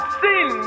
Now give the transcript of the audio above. sin